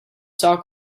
talk